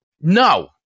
No